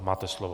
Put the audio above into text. Máte slovo.